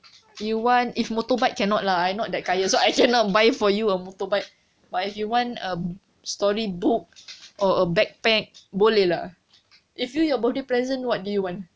you want if motorbike cannot lah I not that kaya so I cannot buy for you a motorbike but if you want a storybook or a backpack boleh lah if you your birthday present what do you want